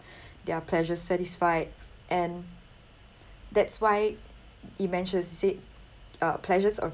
their pleasure satisfied and that's why it mentions she said uh pleasures of